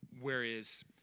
whereas